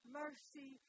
mercy